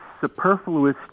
superfluous